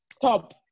top